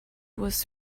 was